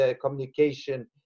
communication